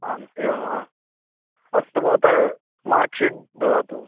आम् एवं वा अस्तु भवतः मार्क् शीड् ददातु